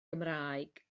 gymraeg